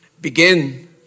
begin